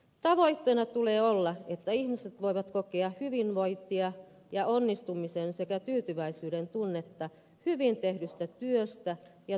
tavoitteena tulee olla että ihmiset voivat kokea hyvinvointia ja onnistumisen sekä tyytyväisyyden tunnetta hyvin tehdystä työstä ja tuloksellisesta työstään